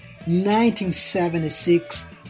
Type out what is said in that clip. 1976